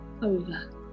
over